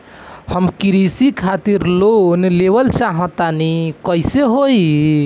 हम कृषि खातिर लोन लेवल चाहऽ तनि कइसे होई?